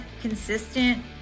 consistent